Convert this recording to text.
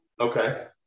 Okay